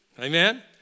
Amen